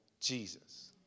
Jesus